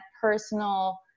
personal